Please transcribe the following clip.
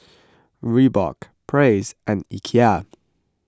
Reebok Praise and Ikea